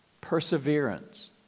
perseverance